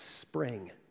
spring